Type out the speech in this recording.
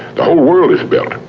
the whole world is built.